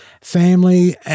family